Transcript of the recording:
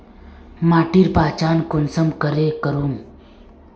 माटिर पहचान कुंसम करे करूम?